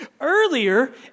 Earlier